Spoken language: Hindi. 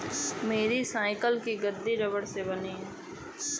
मेरी साइकिल की गद्दी रबड़ से बनी है